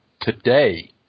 today